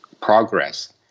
progress